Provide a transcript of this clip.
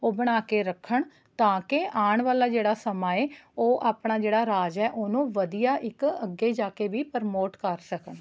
ਉਹ ਬਣਾ ਕੇ ਰੱਖਣ ਤਾਂ ਕਿ ਆਉਣ ਵਾਲਾ ਜਿਹੜਾ ਸਮਾਂ ਹੈ ਉਹ ਆਪਣਾ ਜਿਹੜਾ ਰਾਜ ਹੈ ਉਹਨੂੰ ਵਧੀਆ ਇੱਕ ਅੱਗੇ ਜਾ ਕੇ ਵੀ ਪਰਮੋਂਟ ਕਰ ਸਕਣ